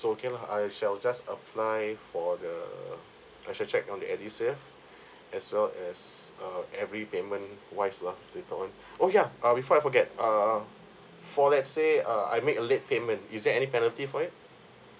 so okay lah I shall just apply for the as well check down the edu save as well as err every payment wise lah later on oh yeah uh before I forget err for let's say uh I make a late payment is there any penalty for it